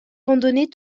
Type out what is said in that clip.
randonnées